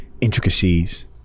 intricacies